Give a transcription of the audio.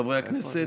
חברי הכנסת,